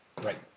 Right